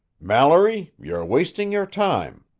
mallory, you're wasting your time.